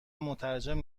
مترجم